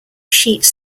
sheets